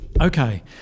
Okay